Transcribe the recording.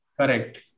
Correct